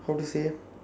how to say ah